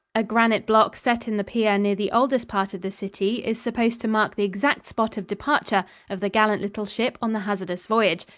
a granite block set in the pier near the oldest part of the city is supposed to mark the exact spot of departure of the gallant little ship on the hazardous voyage,